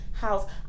house